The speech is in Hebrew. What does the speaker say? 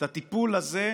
את הטיפול הזה,